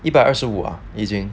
一百二十五啊已经